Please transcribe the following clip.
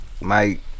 Mike